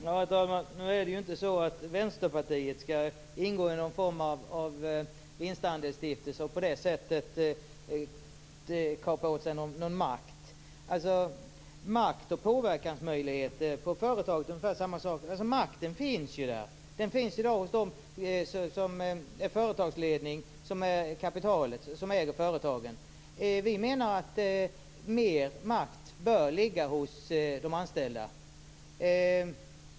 Herr talman! Nu är det inte så att Vänsterpartiet skall ingå i någon form av vinstandelsstiftelse och på det sättet kapa åt sig makt. Makt och påverkansmöjlighet när det gäller företag är ungefär samma sak. Makten finns där. Den finns hos företagsledningen, hos kapitalet, hos dem som äger företagen. Vi menar att mer makt bör ligga hos de anställda.